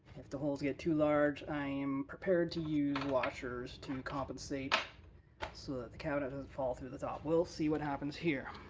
if the holes get too large i am prepared to use washers to compensate so that the cabinet doesn't fall through the top. we'll see what happens here.